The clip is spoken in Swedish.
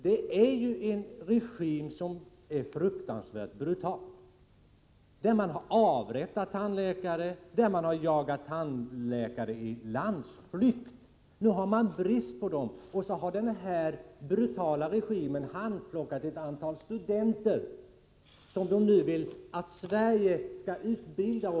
Den iranska regimen är ju fruktansvärt brutal. Den har avrättat tandläkare och jagat andra i landsflykt. Nu har man fått brist på dem, och så har denna brutala regim handplockat ett antal studenter som den vill att Sverige skall utbilda.